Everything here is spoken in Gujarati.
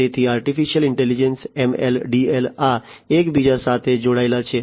તેથી આર્ટિફિશિયલ ઇન્ટેલિજન્સ ML DL આ એકબીજા સાથે જોડાયેલા છે